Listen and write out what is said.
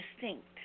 distinct